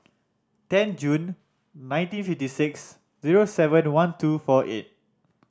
ten June nineteen fifty six zero seven one two four eight